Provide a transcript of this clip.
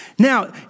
Now